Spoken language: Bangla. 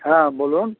হ্যাঁ বলুন